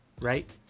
right